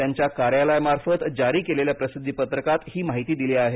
त्यांच्या कार्यालयामार्फत जारी केलेल्या प्रसिद्धी पत्रकात ही माहिती दिली आहे